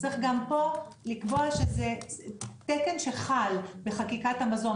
צריך גם פה לקבוע שזה תקן שחל בחקיקת המזון,